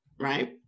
right